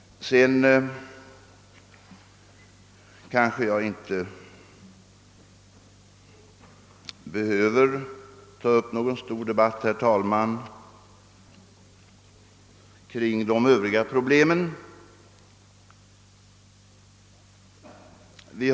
Jag behöver kanske inte ta upp någon stor debatt, herr talman, om de övriga problemen.